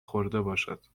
خوردهباشد